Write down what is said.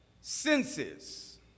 senses